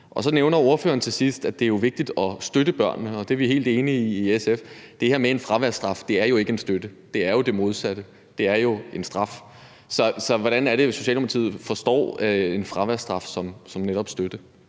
Så nævner ordføreren til sidst, at det er vigtigt at støtte børnene, og det er vi helt enige i i SF. Det her med at give en fraværsstraf er jo ikke en støtte, det er jo det modsatte, det er jo en straf. Så hvordan er det, Socialdemokratiet forstår en fraværsstraf som netop støtte?